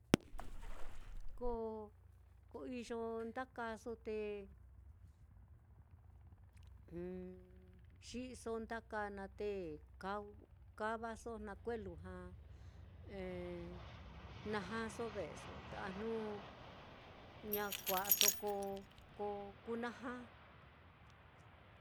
Ko ko iyo ndakaso te xi'iso ndaka naá te ka-kavaso na kue'e lujua najaso ve'eso a jnu ña kua'aso ko-ko kú naja.